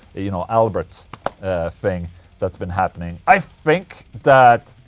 you know, albert thing that's been happening. i think that.